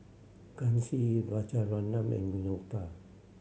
Kanshi Rajaratnam and Vinoba